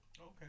Okay